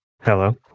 Hello